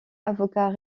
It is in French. avocat